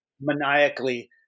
maniacally